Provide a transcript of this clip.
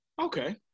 Okay